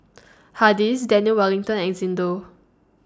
Hardy's Daniel Wellington and Xndo